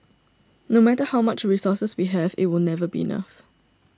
no matter how much resources we have it will never be enough